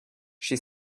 she